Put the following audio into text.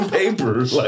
papers